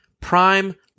Prime